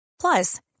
Plus